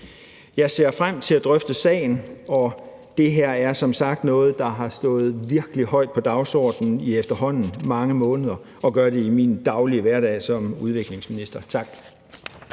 Jeg ser frem til at drøfte sagen, og det her er som sagt noget, der har stået virkelig højt på dagsordenen i efterhånden mange måneder og gør det i min daglige hverdag som udviklingsminister. Tak.